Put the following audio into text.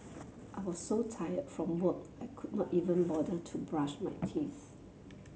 I was so tired from work I could not even bother to brush my teeth